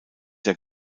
der